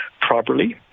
properly